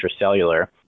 intracellular